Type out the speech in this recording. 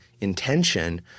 intention